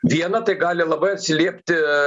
viena tai gali labai atsiliepti